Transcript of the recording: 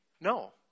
No